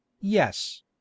yes